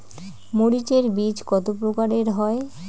মরিচ এর বীজ কতো প্রকারের হয়?